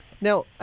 Now